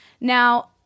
Now